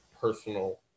personal